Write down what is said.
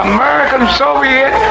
American-Soviet